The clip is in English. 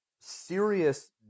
serious